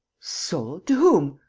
sold! to whom?